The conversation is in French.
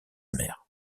mère